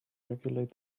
regulate